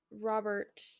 Robert